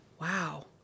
wow